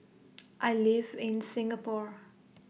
I live in Singapore